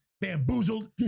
Bamboozled